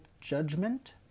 judgment